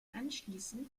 anschließend